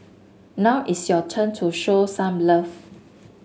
now it's your turn to show some love